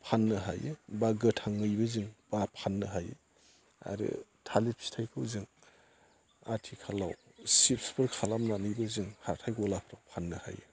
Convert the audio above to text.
फाननो हायो बा गोथाङैबो जों बा फाननो हायो आरो थालिर फिथाइखौ जों आथिखालाव सिप्सफोरखौ खालामनानैबो जों हाथाय गलाफोराव फाननो हायो